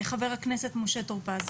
חבר הכנסת משה טור פז.